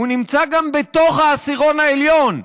הוא נמצא גם בתוך העשירון העליון,